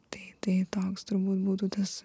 tai tai toks turbūt būtų tas